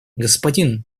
господин